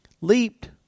Leaped